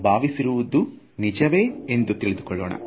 ನಾವು ಭಾವಿಸಿರುವಿದು ನಿಜವೇ ಎಂದು ತಿಳಿದುಕೊಳ್ಳೋಣ